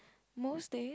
most day